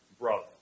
brother